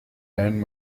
and